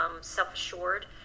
self-assured